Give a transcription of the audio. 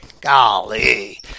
Golly